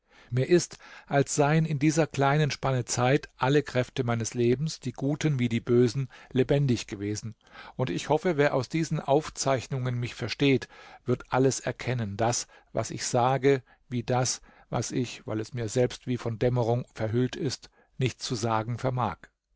mir ist als seien in dieser kleinen spanne zeit alle kräfte meines lebens die guten wie die bösen lebendig gewesen und ich hoffe wer aus diesen aufzeichnungen mich versteht wird alles erkennen das was ich sage wie das was ich weil es mir selbst wie von dämmerung verhüllt ist nicht zu sagen vermag